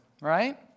right